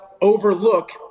overlook